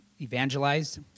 evangelized